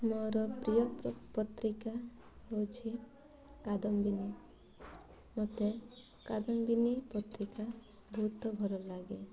ମୋର ପ୍ରିୟ ପତ୍ରିକା ହେଉଛି କାଦମ୍ବିନୀ ମୋତେ କାଦମ୍ବିନୀ ପତ୍ରିକା ବହୁତ ଭଲ ଲାଗେ